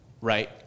right